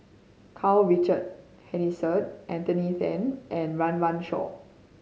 Karl Richard Hanitsch Anthony Then and Run Run Shaw